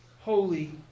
holy